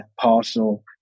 Parcel